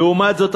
לעומת זאת,